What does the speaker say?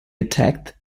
attacked